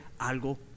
algo